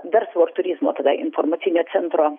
verslo ir turizmo tada informacinio centro